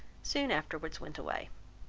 soon afterwards went away.